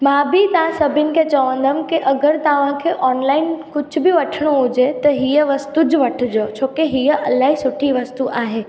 मां बि तव्हां सभिनि खे चवंदमि के अगरि तव्हांखे ऑनलाइन कुझु बि वठिणो हुजे त हीअ वस्तु वठिजो छोकी हीअ इलाही सुठी वस्तु आहे